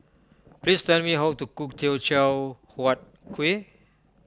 please tell me how to cook Teochew Huat Kueh